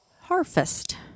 Harvest